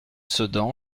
sedan